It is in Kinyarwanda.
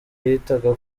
yitaga